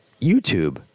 YouTube